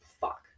fuck